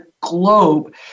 globe